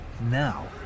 Now